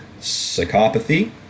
psychopathy